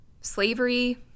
slavery